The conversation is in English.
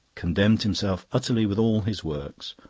condemned himself utterly with all his works.